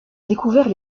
découvert